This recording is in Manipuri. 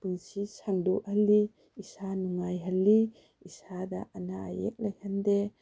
ꯄꯨꯟꯁꯤ ꯁꯥꯡꯗꯣꯛꯍꯜꯂꯤ ꯏꯁꯥ ꯅꯨꯡꯉꯥꯏꯍꯜꯂꯤ ꯏꯁꯥꯗ ꯑꯅꯥ ꯑꯌꯦꯛ ꯂꯩꯍꯟꯗꯦ